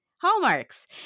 hallmarks